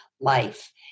life